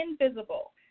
invisible